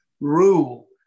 rule